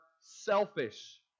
selfish